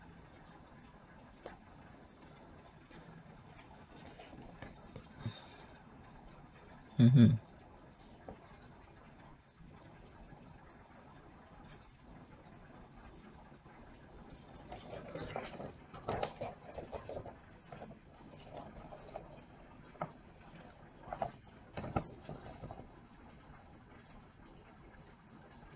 mmhmm